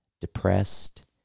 depressed